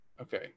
Okay